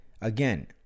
again